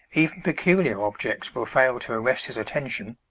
even peculiar objects will fail to arrest his attention.